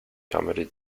comedy